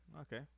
Okay